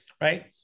right